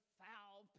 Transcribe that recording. foul